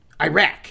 Iraq